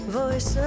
voice